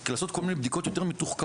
כי לעשות כל מיני בדיקות יותר מתוחכמות